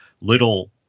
little